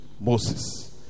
Moses